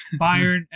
Bayern